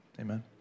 amen